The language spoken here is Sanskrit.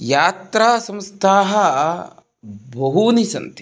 यात्रासंस्थाः बहूनि सन्ति